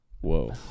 Whoa